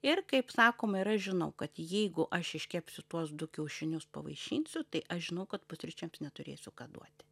ir kaip sakoma ir aš žinau kad jeigu aš iškepsiu tuos du kiaušinius pavaišinsiu tai aš žinau kad pusryčiams neturėsiu ką duoti